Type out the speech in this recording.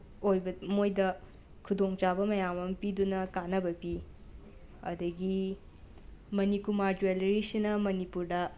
ꯑꯣꯏꯕ ꯃꯣꯏꯗ ꯈꯨꯗꯣꯡꯆꯥꯕ ꯃꯌꯥꯝ ꯑꯃ ꯄꯤꯗꯨꯅ ꯀꯥꯟꯅꯕ ꯄꯤ ꯑꯗꯒꯤ ꯃꯅꯤꯀꯨꯃꯥꯔ ꯖꯤꯋꯦꯜꯂꯔꯤꯁꯤꯅ ꯃꯅꯤꯄꯨꯔꯗ